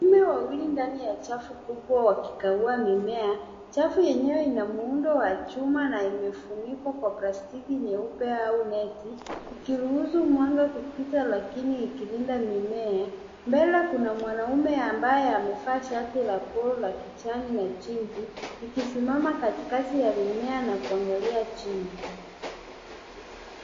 Mumw wawili ndani ya chafu kubwa wakikagua mimea, chafu yenyewe ina muundo wa chuma na imefunikwa kwa plastiki nyeupe au neti, ikiruhusu mwanga kupita lakini ikilinda mimea, mbele kuna mwanaume ambaye amevaa shati la polo la kijani na jinzi, ikisimama katikati ya mimea na kuangalia chini.